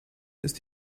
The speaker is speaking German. ist